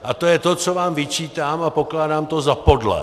A to je to, co vám vyčítám, a pokládám to za podlé.